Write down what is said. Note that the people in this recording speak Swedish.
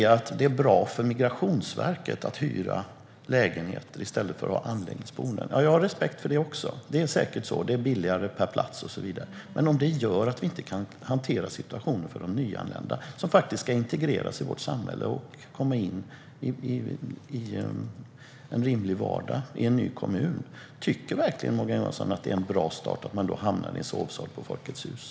Att det är bra för Migrationsverket att hyra lägenheter i stället för att ha anläggningsboenden har jag respekt för. Det är säkert så. Det är billigare per plats och så vidare. Men det kan göra vi inte kan hantera situationen för de nyanlända, som faktiskt ska integreras i vårt samhälle och komma in i en rimlig vardag i en ny kommun. Tycker Morgan Johansson verkligen att det är en bra start att de hamnar i en sovsal på Folkets Hus?